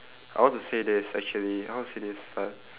I want to say this actually I want say this but